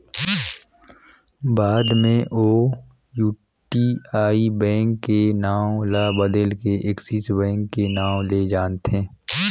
बाद मे ओ यूटीआई बेंक के नांव ल बदेल के एक्सिस बेंक के नांव ले जानथें